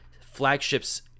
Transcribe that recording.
flagships